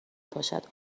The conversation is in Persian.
پاشد